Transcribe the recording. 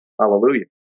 Hallelujah